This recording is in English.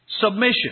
Submission